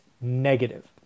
negative